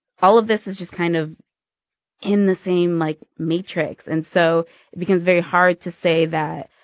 all of this is just kind of in the same, like, matrix and so it becomes very hard to say that,